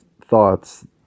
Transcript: thoughts